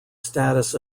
status